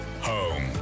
home